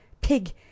Pig